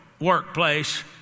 workplace